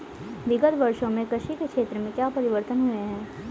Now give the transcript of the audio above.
विगत वर्षों में कृषि के क्षेत्र में क्या परिवर्तन हुए हैं?